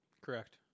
Correct